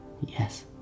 Yes